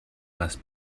must